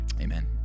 amen